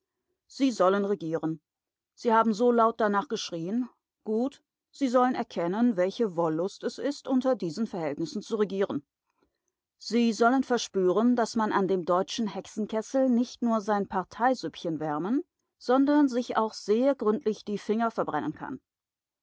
sie sollen regieren sie haben so laut danach geschrien gut sie sollen erkennen welche wollust es ist unter diesen verhältnissen zu regieren sie sollen verspüren daß man an dem deutschen hexenkessel nicht nur sein parteisüppchen wärmen sondern sich auch sehr gründlich die finger verbrennen kann